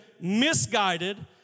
misguided